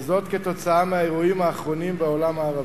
וזאת כתוצאה מהאירועים האחרונים בעולם הערבי.